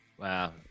Wow